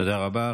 תודה רבה.